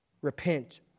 repent